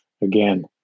Again